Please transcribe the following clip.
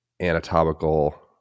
anatomical